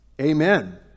Amen